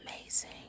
amazing